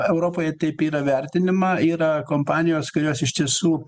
europoje taip yra vertinama yra kompanijos kurios iš tiesų